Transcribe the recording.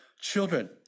Children